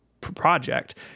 project